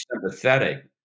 sympathetic